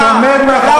ולא